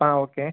ആ ഓക്കെ